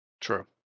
True